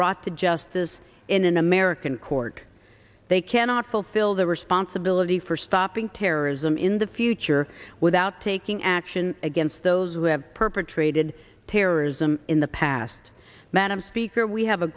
brought to justice in an american court they cannot fulfill their responsibility for stopping terrorism in the future without taking action against those who have perpetrated terrorism in the past madam speaker we have a